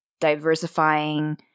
diversifying